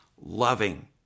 loving